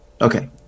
Okay